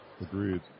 Agreed